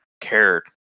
cared